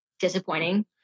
disappointing